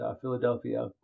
Philadelphia